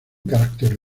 carácter